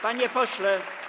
Panie pośle!